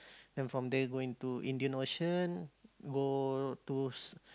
then from there going to Indian-Ocean go to